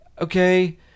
okay